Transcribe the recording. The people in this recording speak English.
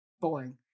boring